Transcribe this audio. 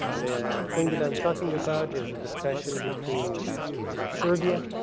the thing that i'm talking about is a discussion between serbia